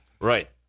Right